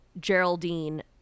Geraldine